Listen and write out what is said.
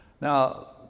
Now